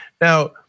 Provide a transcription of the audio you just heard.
Now